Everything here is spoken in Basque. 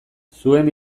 zuen